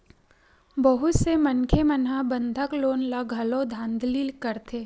बहुत से मनखे मन ह बंधक लोन म घलो धांधली करथे